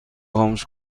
خاموش